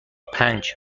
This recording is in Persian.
پنج